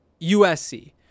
USC